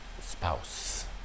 spouse